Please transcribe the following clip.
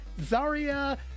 Zarya